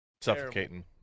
Suffocating